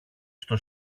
στο